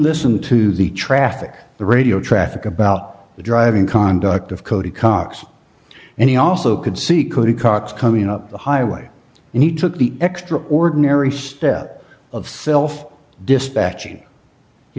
listened to the traffic the radio traffic about the driving conduct of cody cox and he also could see could have cox coming up the highway and he took the extraordinary step of self dispatching